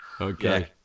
Okay